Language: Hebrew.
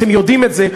אתם יודעים את זה,